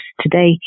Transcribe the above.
today